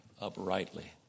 Uprightly